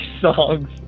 songs